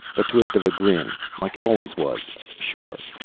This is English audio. a twist of a grin, like it always was. sure.